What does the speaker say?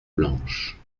blanches